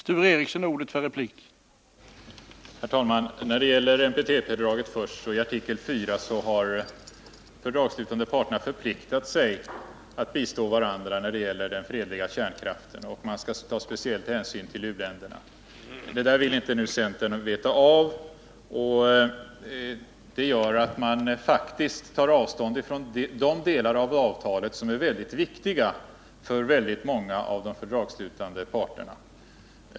Herr talman! I fråga om NPT-fördraget, artikel IV, så har de fördragsslutande parterna förpliktat sig att bistå varandra när det gäller den fredliga användningen av kärnkraften, och man skall ta speciell hänsyn till u-länderna. Det där vill inte centern veta av, och det gör att man faktiskt tar avstånd från de delar av avtalet som är väldigt viktiga för många av de fördragsslutande parterna.